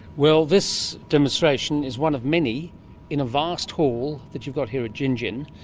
well, this demonstration is one of many in a vast hall that you've got here at gingin.